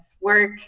work